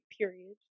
Period